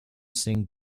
sang